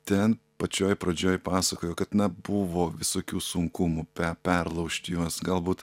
ten pačioj pradžioj pasakojo kad na buvo visokių sunkumų pe perlaužti juos galbūt